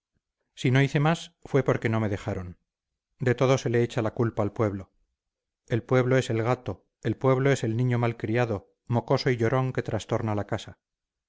si no hice más fue porque no me dejaron de todo se le echa la culpa al pueblo el pueblo es el gato el pueblo es el niño mal criado mocoso y llorón que trastorna la casa